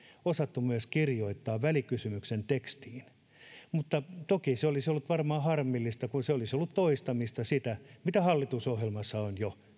osattu kirjoittaa myös välikysymyksen tekstiin mutta toki se olisi ollut varmaan harmillista kun se olisi ollut sen toistamista mitä hallitusohjelmassa on jo